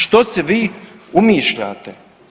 Što si vi umišljate?